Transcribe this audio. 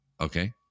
okay